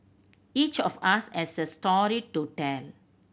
each of us has a story to tell